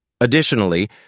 Additionally